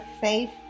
faith